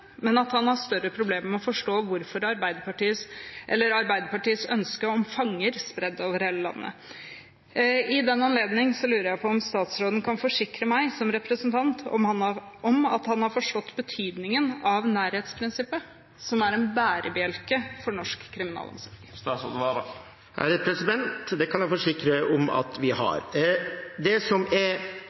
men at han hadde større problemer med å forstå Arbeiderpartiets ønske om fanger spredd over hele landet. I den anledning lurer jeg på om statsråden kan forsikre meg som representant om at han har forstått betydningen av nærhetsprinsippet, som er en bærebjelke i norsk kriminalomsorg. Det kan jeg forsikre om at jeg har. Det som er